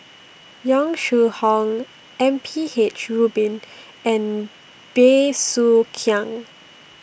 Yong Shu Hoong M P H Rubin and Bey Soo Khiang